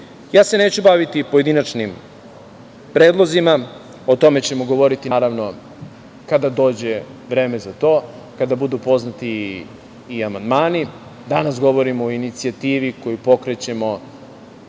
se ja baviti pojedinačnim predlozima, o tome ćemo govoriti, naravno, kada dođe vreme za to, kada budu poznati i amandmani. Danas govorimo o inicijativi koju pokrećemo,